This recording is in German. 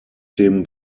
dem